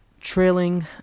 trailing